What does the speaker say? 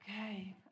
Okay